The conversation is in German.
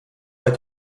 bei